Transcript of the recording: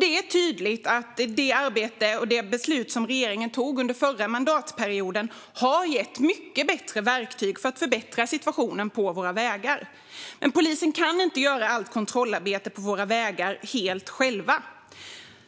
Det är tydligt att det arbete som regeringen gjorde och de beslut som regeringen tog under förra mandatperioden har gett mycket bättre verktyg för att förbättra situationen på våra vägar. Men man kan från polisen inte göra allt kontrollarbete på våra vägar helt själv.